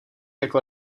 jako